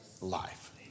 life